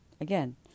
Again